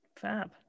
Fab